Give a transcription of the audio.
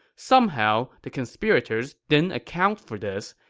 somehow, the conspirators didn't account for this,